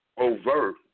overt